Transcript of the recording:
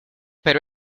pero